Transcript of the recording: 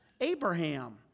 Abraham